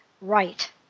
Right